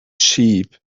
sheep